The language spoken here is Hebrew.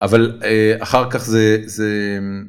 אבל אחר כך זה, זה...